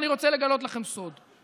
אבל אני רוצה לגלות לכם סוד: